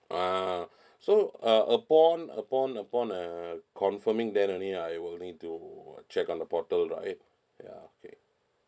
ah so uh upon upon upon uh confirming then only I will need to check on the portal right ya okay